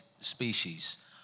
species